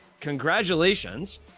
congratulations